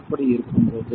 அப்படி இருக்கும்போது